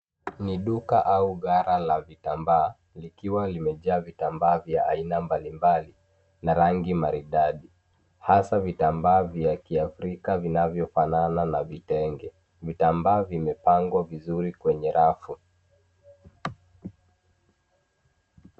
Ni duka au gara la vitambaa, likiwa limejaa vitambaa vya aina mbali mbali na rangi maridadi, hasa vitambaa vya kiafrika vinavyofanana na vitenge. Vitambaa vimepangwa vizuri kwenye rafu.